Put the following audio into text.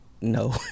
no